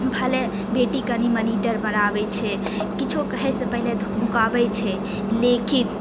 भले बेटी कनी मनी डरबराबै छै किछो कहैसँ पहिने धुकमुकाबै छै लेकिन